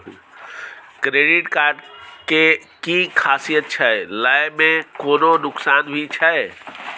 Credit card के कि खासियत छै, लय में कोनो नुकसान भी छै?